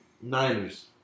Niners